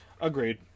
Agreed